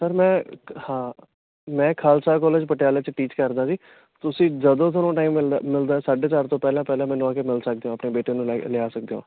sir ਮੈਂ ਹਾਂ ਮੈਂ ਖਾਲਸਾ ਕੋਲੇਜ ਪਟਿਆਲੇ 'ਚ ਟੀਚ ਕਰਦਾ ਜੀ ਤੁਸੀਂ ਜਦੋਂ ਤੁਹਾਨੂੰ ਟਾਈਮ ਮਿਲਦਾ ਮਿਲਦਾ ਸਾਢੇ ਚਾਰ ਤੋਂ ਪਹਿਲਾਂ ਪਹਿਲਾਂ ਮੈਨੂੰ ਆ ਕੇ ਮਿਲ ਸਕਦੇ ਹੋ ਆਪਣੇ ਬੇਟੇ ਨੂੰ ਲੈ ਲਿਆ ਸਕਦੇ ਹੋ